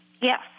Yes